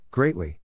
Greatly